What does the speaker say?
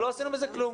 לא עשינו בזה כלום.